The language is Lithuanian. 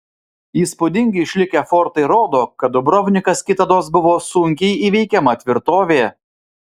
įspūdingi išlikę fortai rodo kad dubrovnikas kitados buvo sunkiai įveikiama tvirtovė